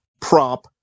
prop